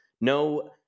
No